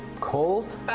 cold